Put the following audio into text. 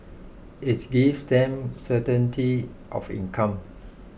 it gives them certainty of income